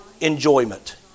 enjoyment